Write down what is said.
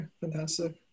Fantastic